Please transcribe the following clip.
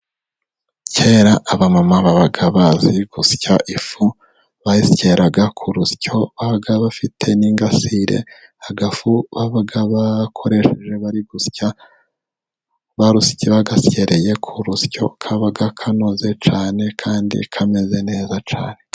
Kera abamama babaga bazi gusya ifu, bayisyeraga ku rusyo, babaga bafite n'ingasire, agafu babaga bakoresheje bari gusya, bagasyereye ku rusyo kabaga kakanoze cyane, kandi kameze neza cyane.